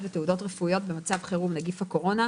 ותעודות רפואיות במצב חירום נגיף הקורונה)